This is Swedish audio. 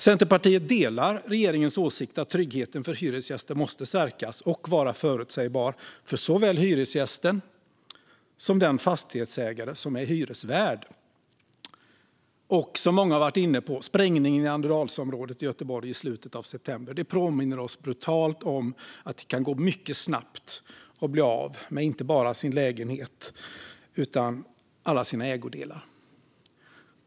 Centerpartiet delar regeringens åsikt att tryggheten för hyresgäster måste stärkas och vara förutsägbar såväl för hyresgästen som för den fastighetsägare som är hyresvärd. Som många har varit inne på: Sprängningen i Annedalsområdet i Göteborg i slutet av september påminner oss brutalt om att det kan gå mycket snabbt att bli av med inte bara sin lägenhet utan även alla sina ägodelar.